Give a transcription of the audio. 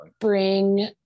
bring